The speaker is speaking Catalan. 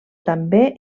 també